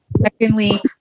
secondly